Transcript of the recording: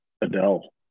Adele